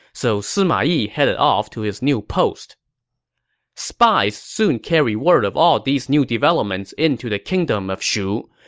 so sima yi headed off to his new post spies soon carried word of all these new developments into the kingdom of shu.